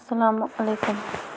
اَسلامُ علیکُم